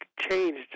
changed